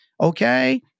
Okay